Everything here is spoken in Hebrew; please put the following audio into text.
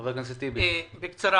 חבר הכנסת טיבי, בבקשה.